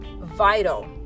vital